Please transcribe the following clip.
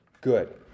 Good